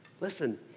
Listen